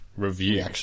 Review